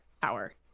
power